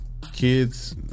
kids